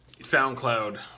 SoundCloud